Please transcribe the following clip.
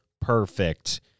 perfect